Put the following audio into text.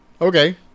Okay